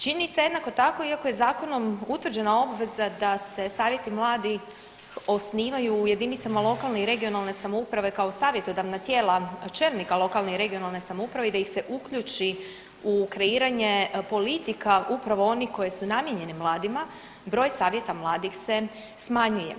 Činjenica jednako tako iako je zakonom utvrđena obveza da se savjeti mladih osnivaju u jedinicama lokalne i regionalne samouprave kao savjetodavna tijela čelnika lokalne i regionalne samouprave i da ih se uključi u kreiranje politika upravo oni koji su namijenjeni mladima, broj savjeta mladih se smanjuje.